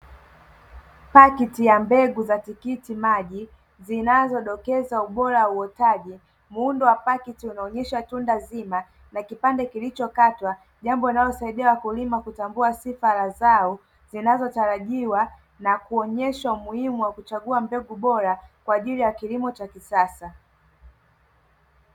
Pakiti ya mbegu za tikiti maji zinazodokeza ubora uotaji, muundo wa paketi unaonyesha tunda zima na kipande kilichokatwa jambo linalosaidia wakulima kutambua sifa ya zao zinazotorajiwa na kuonyeshwa umuhimu wa kuchagua mbegu bora kwa ajili ya kilimo cha kisasa.